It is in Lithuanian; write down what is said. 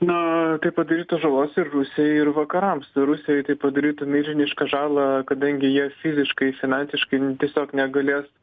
na tai padarytų žalos ir rusijai ir vakarams tai rusijoj tai padarytų milžinišką žalą kadangi jie fiziškai finansiškai tiesiog negalės